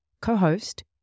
co-host